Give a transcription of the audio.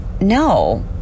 No